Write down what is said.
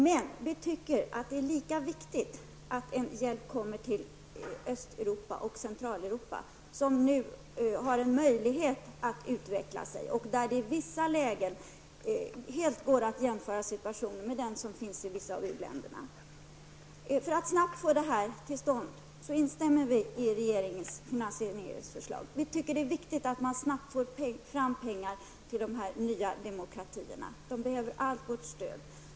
Men vi tycker det är lika viktigt att det ges hjälp till Östeuropa och Centraleuropa, som nu har möjlighet att utvecklas och där situationen i vissa hänseenden helt går att jämföra situationen med den som råder i vissa av u-länderna. För att snabbt få den hjälpen till stånd instämmer vi i regeringens finansieringsförslag. Vi tycker att det är viktigt att snabbt få fram pengar till de nya demokratierna. De behöver allt vårt stöd.